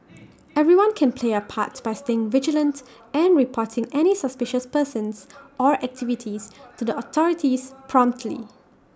everyone can play A part by staying vigilant and reporting any suspicious persons or activities to the authorities promptly